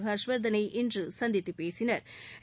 ஹா்ஷ்வா்தனை இன்று சந்தித்து பேசினா்